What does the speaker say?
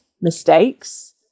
mistakes